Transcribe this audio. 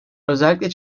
özellikle